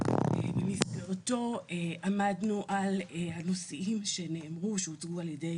במסגרתו עמדנו על הנושאים שהוצגו על ידי